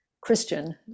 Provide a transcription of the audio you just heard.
christian